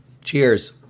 Cheers